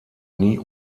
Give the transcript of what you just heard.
nie